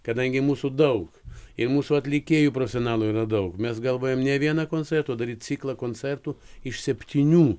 kadangi mūsų daug ir mūsų atlikėjų profesionalų yra daug mes galvojam ne vieną koncertą o daryt ciklą koncertų iš septynių